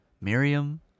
Miriam